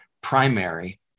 primary